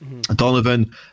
donovan